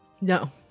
No